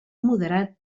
moderat